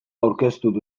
aurkeztuko